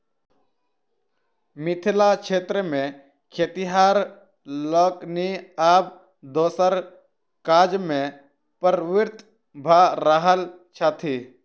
मिथिला क्षेत्र मे खेतिहर लोकनि आब दोसर काजमे प्रवृत्त भ रहल छथि